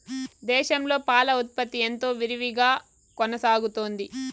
దేశంలో పాల ఉత్పత్తి ఎంతో విరివిగా కొనసాగుతోంది